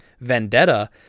Vendetta